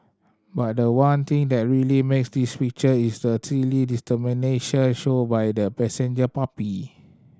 but the one thing that really makes this picture is the steely determination shown by the passenger puppy